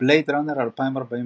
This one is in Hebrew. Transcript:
"בלייד ראנר 2049"